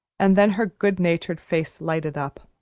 and then her good-natured face lighted up.